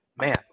man